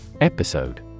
Episode